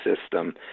system